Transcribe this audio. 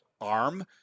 arm